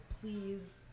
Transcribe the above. please